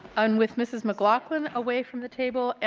and with mrs. mclaughlin away from the table, yeah